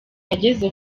yageze